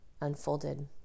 unfolded